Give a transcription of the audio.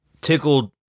tickled